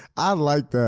i like